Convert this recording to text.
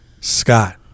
Scott